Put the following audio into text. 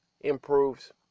improves